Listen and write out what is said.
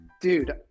dude